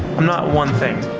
not one thing.